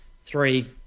three